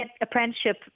apprenticeship